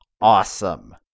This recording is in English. awesome